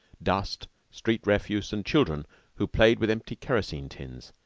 dust, street refuse, and children who played with empty kerosene tins,